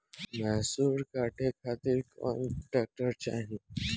मैसूर काटे खातिर कौन ट्रैक्टर चाहीं?